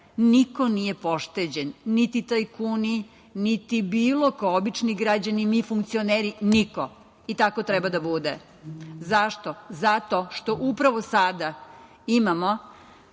niko nije pošteđen, niti tajkuni, niti bilo ko, obični građani, ni mi funkcioneri, niko. I tako treba da bude. Zašto? Zato što upravo sada imamo